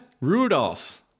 Rudolph